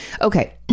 Okay